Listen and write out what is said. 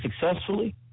successfully